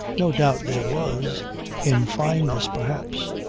no doubt there was in fineness perhaps.